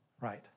Right